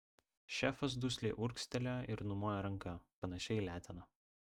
šefas dusliai urgztelėjo ir numojo ranka panašia į leteną